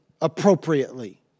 appropriately